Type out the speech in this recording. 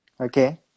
Okay